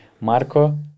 Marco